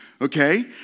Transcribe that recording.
okay